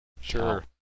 sure